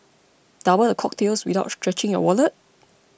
double the cocktails without stretching your wallet